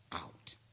out